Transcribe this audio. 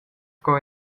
sco